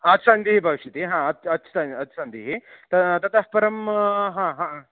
अच् सन्धिः भविष्यति अच् अच् सन्धिः अच् सन्धिः ता ततःपरं